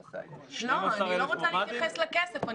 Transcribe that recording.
לא, אני לא רוצה להתייחס לכסף.